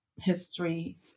history